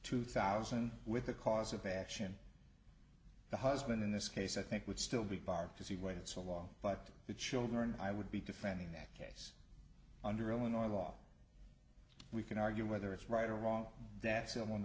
two thousand with the cause of action the husband in this case i think would still be barred because he waited so long but the children i would be defending that under illinois law we can argue whether it's right or wrong that